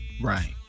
Right